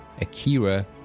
Akira